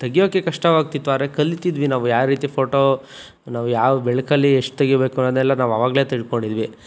ತೆಗಿಯೋಕ್ಕೆ ಕಷ್ಟಾವಾಗ್ತಿತ್ತು ಆದರೆ ಕಲೀತಿದ್ವಿ ನಾವು ಯಾವ ರೀತಿ ಫೋಟೊ ನಾವು ಯಾವ ಬೆಳಕಲ್ಲಿ ಎಷ್ಟು ತೆಗೀಬೇಕು ಅನ್ನೋದೆಲ್ಲ ನಾವು ಅವಾಗಲೇ ತಿಳ್ಕೊಂಡಿದ್ವಿ